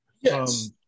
Yes